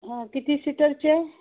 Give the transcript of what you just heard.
हा किती सीटरचे आहे